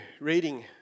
reading